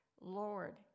Lord